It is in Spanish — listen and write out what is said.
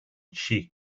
chi